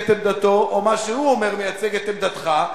את עמדתו או מה שהוא אומר מייצג את עמדתך,